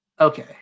okay